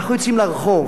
אנחנו יוצאים לרחוב,